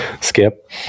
skip